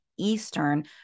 eastern